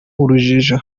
urujijo